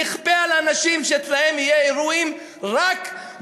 נכפה על אנשים שיהיו אצלם רק אירועים מעורבים,